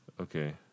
Okay